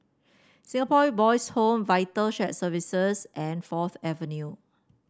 Singapore Boys' Home Vital Shared Services and Fourth Avenue